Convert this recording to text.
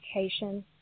education